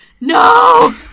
no